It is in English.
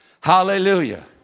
Hallelujah